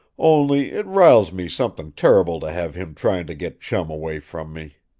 only it riles me something terrible to have him trying to get chum away from me.